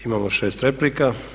Imamo 6 replika.